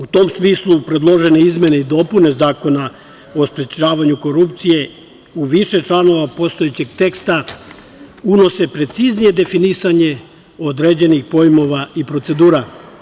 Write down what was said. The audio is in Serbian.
U tom smislu, predložene izmene i dopune Zakona o sprečavanju korupcije, u više članova postojećeg teksta, unose preciznije definisanje određenih pojmova i procedura.